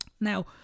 Now